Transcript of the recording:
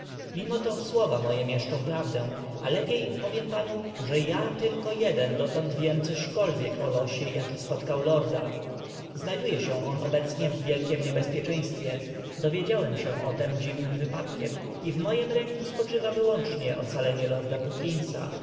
mimo to słowa moje mieszczą prawdę a lepiej powiem panu że ja tylko jeden dotąd wiem cośkolwiek o losie jaki spotkał lorda znajduje się on obecnie w wielkiem niebezpieczeństwie dowiedziałem się o tem dziwnym wypadkiem i w moich ręku spoczywa wyłącznie ocalenie lorda puckinsa